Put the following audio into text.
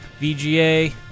VGA